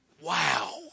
Wow